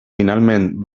finalment